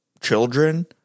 children